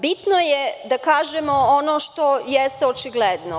Bitno je da kažemo ono što jeste očigledno.